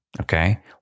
Okay